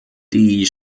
die